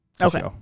okay